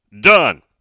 done